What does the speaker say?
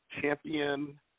champion